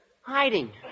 Hiding